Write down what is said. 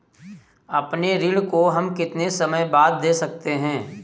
अपने ऋण को हम कितने समय बाद दे सकते हैं?